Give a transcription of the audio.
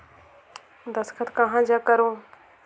दस्खत कहा जग करो?